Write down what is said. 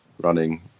running